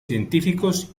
científicos